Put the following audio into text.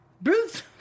Bruce